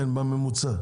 כן, בממוצע.